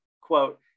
quote